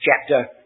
chapter